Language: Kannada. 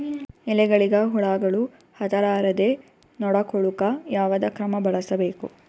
ಎಲೆಗಳಿಗ ಹುಳಾಗಳು ಹತಲಾರದೆ ನೊಡಕೊಳುಕ ಯಾವದ ಕ್ರಮ ಬಳಸಬೇಕು?